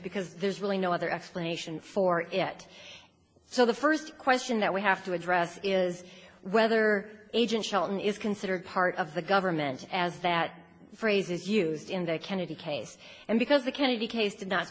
because there's really no other explanation for it so the first question that we have to address is whether agent shelton is considered part of the government as that phrase is used in the kennedy case and because the kennedy case did not